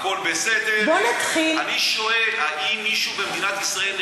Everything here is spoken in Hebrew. בוא נתחיל קודם כול, בכל העיתונים הוא קיבל כפיים.